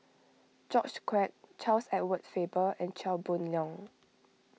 George Quek Charles Edward Faber and Chia Boon Leong